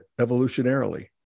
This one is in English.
evolutionarily